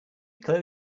close